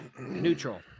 neutral